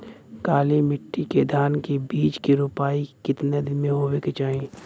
काली मिट्टी के धान के बिज के रूपाई कितना दिन मे होवे के चाही?